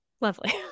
lovely